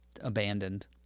abandoned